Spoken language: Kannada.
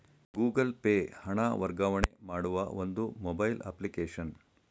ಗೂಗಲ್ ಪೇ ಹಣ ವರ್ಗಾವಣೆ ಮಾಡುವ ಒಂದು ಮೊಬೈಲ್ ಅಪ್ಲಿಕೇಶನ್